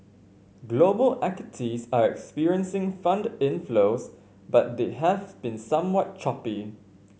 global equities are experiencing fund inflows but they have been somewhat choppy